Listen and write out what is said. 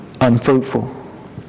unfruitful